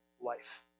life